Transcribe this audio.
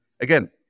again